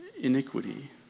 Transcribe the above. iniquity